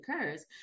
occurs